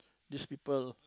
this people